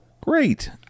Great